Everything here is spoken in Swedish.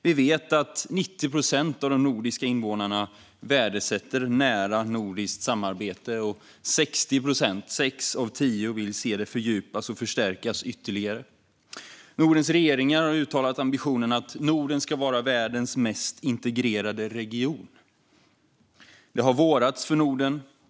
Vi vet att 90 procent av de nordiska invånarna värdesätter nära nordiskt samarbete och att 60 procent, alltså sex av tio, vill se det fördjupas och förstärkas ytterligare. Nordens regeringar har uttalat ambitionen att Norden ska vara världens mest integrerade region. Det har vårats för Norden.